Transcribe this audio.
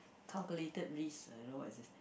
calculated risk uh you know what is this